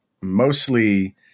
mostly